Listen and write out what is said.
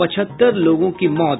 पचहत्तर लोगों की मौत